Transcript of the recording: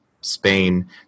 Spain